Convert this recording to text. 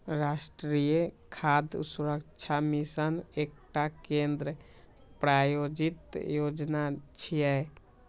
राष्ट्रीय खाद्य सुरक्षा मिशन एकटा केंद्र प्रायोजित योजना छियै